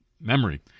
memory